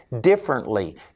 differently